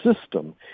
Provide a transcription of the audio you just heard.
system